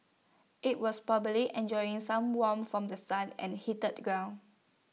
IT was probably enjoying some warmth from The Sun and heated ground